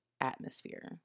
atmosphere